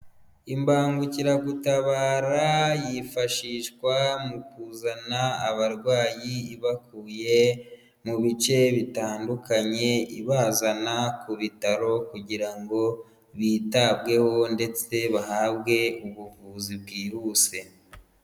Imbangukiragutabara yifashishwa mu kuzana abarwayi ibakuye mu bice bitandukanye, ibazana ku bitaro, kugira ngo bitabweho, ndetse bahabwe ubuvuzi bwihuse.